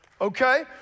Okay